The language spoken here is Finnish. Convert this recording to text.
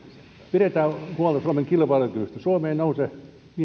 pidetään huolta suomen kilpailukyvystä suomi vientivetoisena maana ei nouse